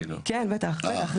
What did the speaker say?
כן, בטח.